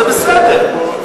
וזה בסדר,